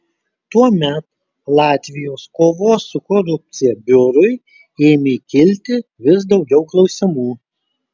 tuomet latvijos kovos su korupcija biurui ėmė kilti vis daugiau klausimų